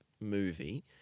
movie